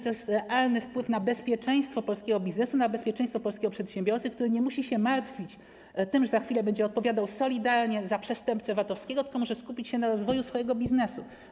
To jest realny wpływ na bezpieczeństwo polskiego biznesu, na bezpieczeństwo polskiego przedsiębiorcy, który nie musi się martwić tym, że za chwilę będzie odpowiadał solidarnie za przestępcę VAT-owskiego, tylko może skupić się na rozwoju swojego biznesu.